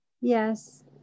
Yes